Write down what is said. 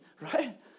right